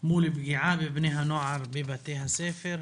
מול פגיעה בבני הנוער בבתי הספר.